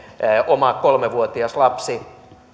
oma kolme vuotias lapsi